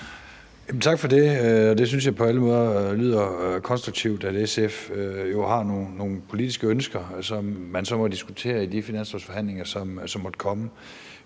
på alle måder lyder konstruktivt, altså at SF har nogle politiske ønsker, som man så må diskutere i de finanslovsforhandlinger, som måtte komme.